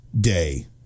day